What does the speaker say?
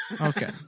Okay